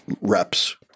reps